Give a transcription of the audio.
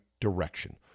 direction